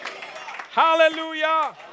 Hallelujah